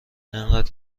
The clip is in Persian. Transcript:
انقدر